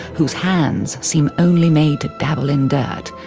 whose hands seem only made to dabble in dirt,